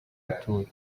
gutura